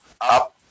up